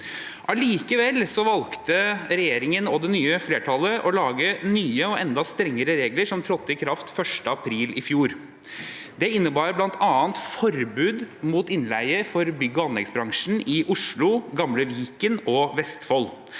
Allikevel valgte regjeringen og det nye flertallet å lage nye og enda strengere regler, som trådte i kraft 1. april i fjor. Det innebar bl.a. forbud mot innleie for bygge- og anleggsbransjen i Oslo, gamle Viken og Vestfold.